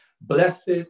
Blessed